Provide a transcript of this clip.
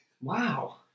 Wow